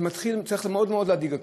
זה צריך מאוד מאוד להדאיג אותנו.